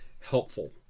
helpful